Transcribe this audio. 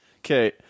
Okay